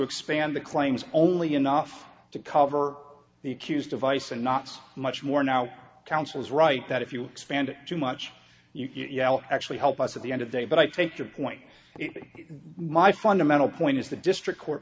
expand the claims only enough to cover the accused device and not so much more now counsel is right that if you expand too much you can actually help us at the end of the day but i take your point it is my fundamental point is the district court